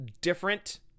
different